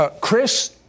Chris